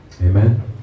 Amen